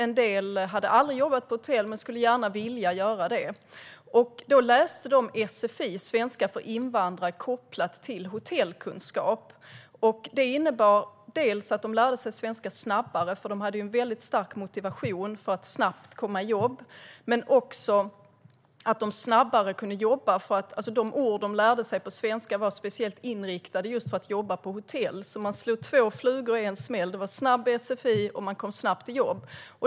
En del hade aldrig jobbat på hotell men skulle gärna vilja göra det. De läste därför sfi, det vill säga svenska för invandrare, kopplat till hotellkunskap. Det innebar att de lärde sig svenska snabbare, eftersom de hade en stark motivation för att snabbt komma i jobb. Det innebar också att de snabbare kunde börja jobba, för de ord de lärde sig på svenska var speciellt inriktade mot hotelljobb. Man slog alltså två flugor i en smäll; det var snabb sfi, och deltagarna kom snabbt i jobb.